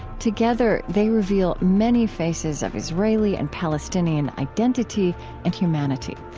together they reveal many faces of israeli and palestinian identity and humanity.